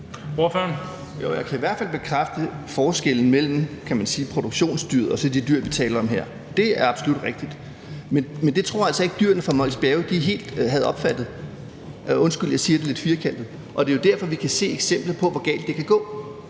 Jeg kan i hvert fald bekræfte forskellen mellem produktionsdyret og så de dyr, vi taler om her. Det er absolut rigtigt. Men det tror jeg altså ikke dyrene fra Mols Bjerge helt havde opfattet – undskyld, jeg siger det lidt firkantet – og det er jo derfor, vi kan se eksemplet på, hvor galt det kan gå.